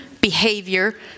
behavior